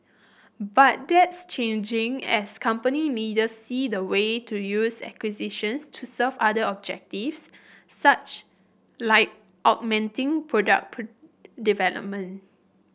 but that's changing as company leaders see the way to use acquisitions to serve other objectives such like augmenting product development